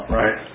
right